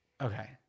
Okay